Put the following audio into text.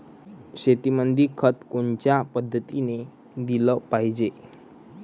शेतीमंदी खत कोनच्या पद्धतीने देलं पाहिजे?